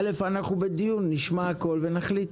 אנחנו בדיון, נשמע הכול ונחליט.